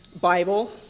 Bible